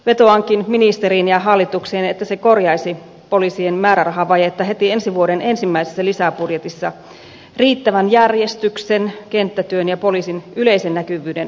vetoankin ministeriin ja hallitukseen että se korjaisi poliisien määrärahavajetta heti ensi vuoden ensimmäisessä lisäbudjetissa riittävän järjestyksen kenttätyön ja poliisin yleisen näkyvyyden turvaamiseksi